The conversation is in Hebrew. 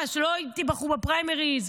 מה, שלא תיבחרו בפריימריז?